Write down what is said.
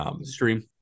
stream